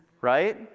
right